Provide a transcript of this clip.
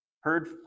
heard